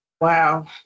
Wow